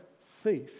thief